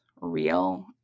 real